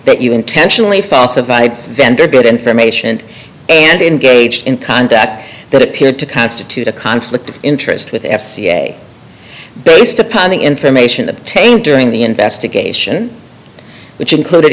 that you intentionally falsified vanderbilt information and in gauged in contact that appeared to constitute a conflict of interest with the f c a based upon the information obtained during the investigation which included